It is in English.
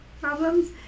problems